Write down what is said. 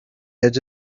edge